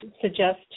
suggest